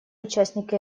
участники